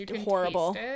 horrible